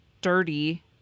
dirty